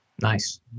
Nice